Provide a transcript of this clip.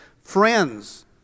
friends